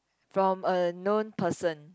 from a non person